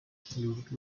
polluted